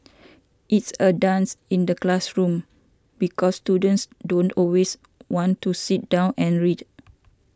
it's a dance in the classroom because students don't always want to sit down and read